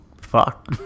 fuck